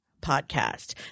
podcast